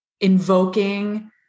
invoking